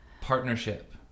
partnership